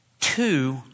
Two